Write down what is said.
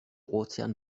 ozean